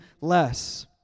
less